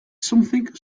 something